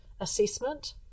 assessment